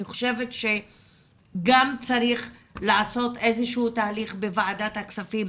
אני חושבת שגם צריך לעשות איזשהו תהליך בוועדת הכספים,